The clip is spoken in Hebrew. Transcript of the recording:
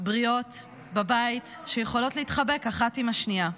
בריאות בבית שיכולות להתחבק אחת עם השנייה.